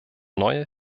neue